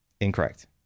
Incorrect